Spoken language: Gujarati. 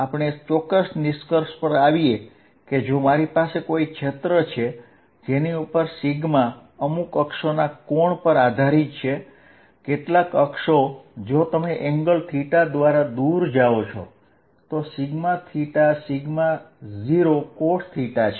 આપણે ચોક્કસ નિષ્કર્ષ પર આવીએ કે જો મારી પાસે કોઈ ગોળો છે જયાં અમુક અક્ષના કોણ પર આધારિત છે જો તમે કેટલાક અક્ષથી એન્ગલ θ જેટલા દૂર જાઓ છો તો 0cosθ છે